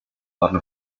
van